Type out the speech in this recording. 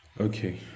Okay